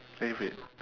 eh wait